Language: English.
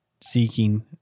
seeking